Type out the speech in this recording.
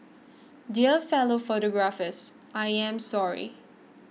dear fellow photographers I am sorry